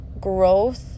growth